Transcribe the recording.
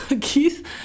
Keith